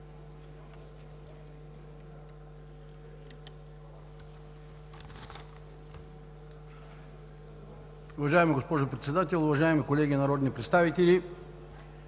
Уважаема госпожо Председател, уважаеми колеги народни представители!